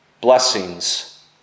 blessings